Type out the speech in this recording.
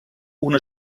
una